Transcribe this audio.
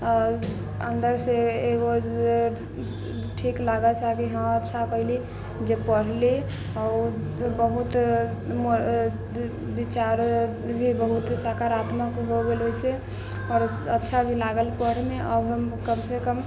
अन्दरसँ एगो ठीक लागत हइ कि हँ अच्छा कयली जे पढ़ली बहुत विचार भी बहुत सकारात्मक हो गेल ओहिसँ आओर अच्छा भी लागल पढ़यमे आब हम कमसँ कम